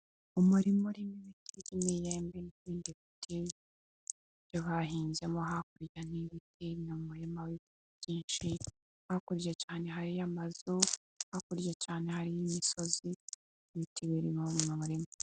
Umurima urimo ibiti, imiyembe n'ibindi biti byo bahinzemo hakurya ni ibiti, ni umuririma w'ibiti byinshi, hakurya cyane hariyo amazu, hakurya cyane hariyo imisozi, ibiti birimo mumurima.